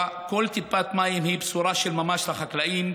שבה כל טיפת מים היא בשורה של ממש לחקלאים,